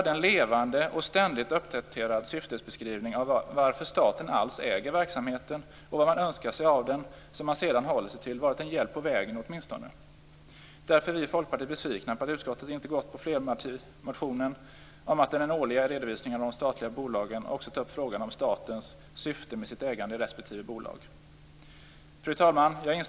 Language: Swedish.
En levande och ständigt uppdaterad syftesbeskrivning av varför staten alls äger verksamheten och vad man önskar sig av den, som man sedan håller sig till, hade åtminstone varit en hjälp på vägen. Därför är vi besvikna på utskottet för att man där inte gått på flerpartimotionen om att i den årliga redovisningen av statliga bolag också ta upp frågan om statens syfte med sitt ägande i respektive bolag. Fru talman!